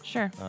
Sure